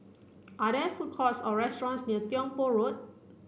are there food courts or restaurants near Tiong Poh Road